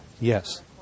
Yes